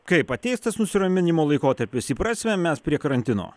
kaip ateis tas nusiraminimo laikotarpis įprasime mes prie karantino